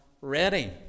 ready